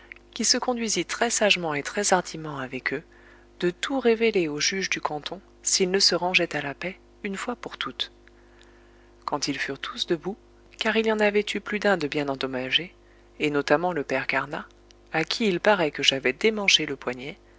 qui se conduisit très sagement et très hardiment avec eux de tout révéler aux juges du canton s'ils ne se rangeaient à la paix une fois pour toutes quand ils furent tous debout car il y en avait eu plus d'un de bien endommagé et notamment le père carnat à qui il paraît que j'avais démanché le poignet